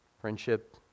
friendship